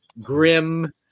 grim